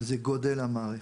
זה גודל המערכת.